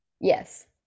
yes